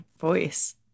voice